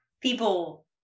people